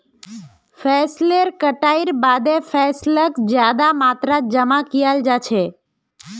फसलेर कटाईर बादे फैसलक ज्यादा मात्रात जमा कियाल जा छे